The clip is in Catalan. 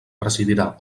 presidirà